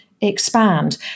Expand